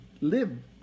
live